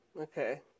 Okay